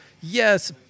yes